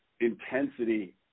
intensity